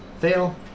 Fail